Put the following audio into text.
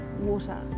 water